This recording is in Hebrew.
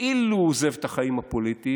כאילו הוא עוזב את החיים הפוליטיים,